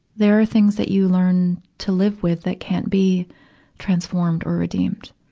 there are things that you learn to live with that can't be transformed or redeemed.